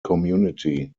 community